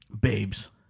Babes